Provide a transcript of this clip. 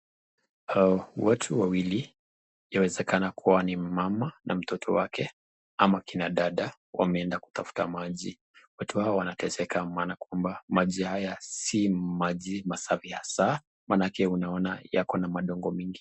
Hawa watu wawili, yawezekana kuwa ni mama na mtoto wake ama kina dada wameenda kutafuta maji. Watu hawa wanateseka maana kwamba maji haya si maji masafi hasa, maanake unaona yako na madongo mingi.